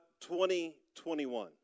2021